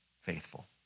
faithful